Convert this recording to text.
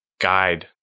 guide